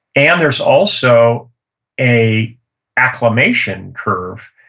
and there's also a acclimation curve.